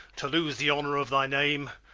to lose the honour of thy name,